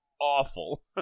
awful